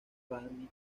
firme